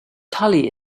tully